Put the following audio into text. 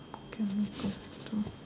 can we close the door